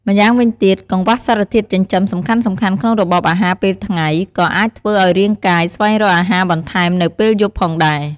ម្យ៉ាងវិញទៀត កង្វះសារធាតុចិញ្ចឹមសំខាន់ៗក្នុងរបបអាហារពេលថ្ងៃ ក៏អាចធ្វើឱ្យរាងកាយស្វែងរកអាហារបន្ថែមនៅពេលយប់ផងដែរ។